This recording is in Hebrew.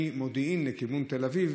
הרכבת ממודיעין לכיוון תל אביב,